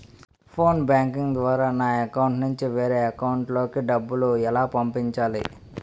Phone banking ద్వారా నా account నుంచి వేరే అకౌంట్ లోకి డబ్బులు ఎలా పంపించాలి?